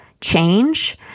change